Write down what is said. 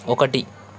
ఒకటి